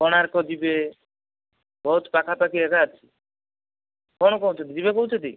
କୋଣାର୍କ ଯିବେ ବହୁତ ପାଖାପାଖି ଜାଗା ଅଛି କ'ଣ କହୁଛନ୍ତି ଯିବେ କହୁଛନ୍ତି